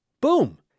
Boom